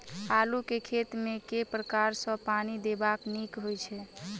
आलु केँ खेत मे केँ प्रकार सँ पानि देबाक नीक होइ छै?